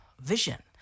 vision